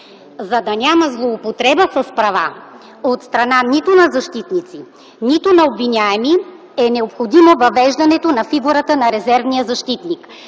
За да няма злоупотреба с права от страна нито на защитници, нито на обвиняеми, е необходимо въвеждането на фигурата на служебния защитник.